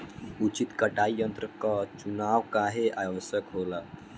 उचित कटाई यंत्र क चुनाव काहें आवश्यक होला?